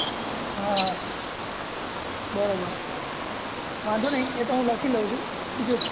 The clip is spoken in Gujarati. હં બરાબર વાંધો નહીં એ તો હું લખી લઉં છું બીજું